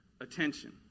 attention